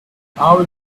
our